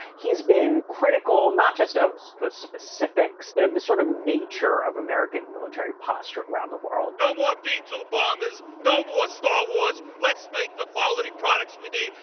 he's been critical, not just of the specifics, but of the sort of nature of american military posture around the world. no more b two bombers, no more star wars. let's make the quality products we need.